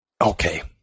okay